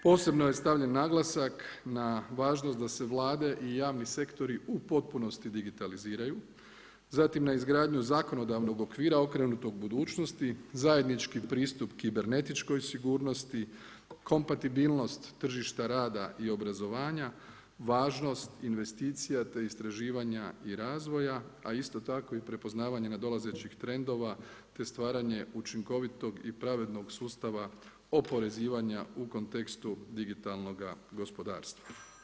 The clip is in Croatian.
Posebno je stavljen naglasak važnost da se vlade i javni sektori u potpunosti digitaliziraju, zatim na izgradnji zakonodavnog okvira okrenutog budućnosti zajednički pristup kibernetičkoj sigurnosti, kompatibilnost tržišta rada i obrazovanja, važnost investicija, te istraživanja i razvoja, a isto tako prepoznavanje nadolazećih trendova, te stvaranje učinkovitog i pravednog sustava oporezivanja u kontekstu digitalnoga gospodarstva.